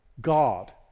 God